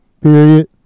period